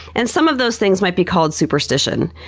and some of those things might be called superstition.